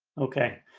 okay,